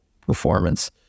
performance